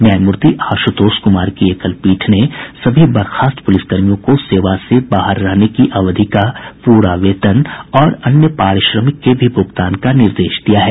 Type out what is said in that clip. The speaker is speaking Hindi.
न्यायामूर्ति आशुतोष कुमार की एकल पीठ ने सभी बर्खास्त पुलिसकर्मियों को सेवा से बाहर रहने की अवधि का प्रा वेतन और अन्य पारिश्रमिक के भी भुगतान का निर्देश दिया है